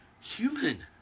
human